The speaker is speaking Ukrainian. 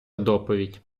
доповідь